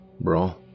Bro